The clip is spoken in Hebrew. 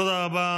תודה רבה.